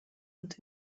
und